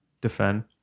defend